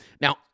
Now